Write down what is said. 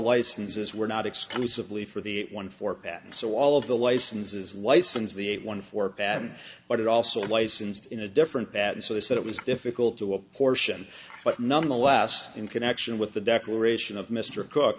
licenses were not exclusively for the one for patents so all of the licenses license the a one for patton but it also licensed in a different that and so they said it was difficult to apportion but nonetheless in connection with the declaration of mr cook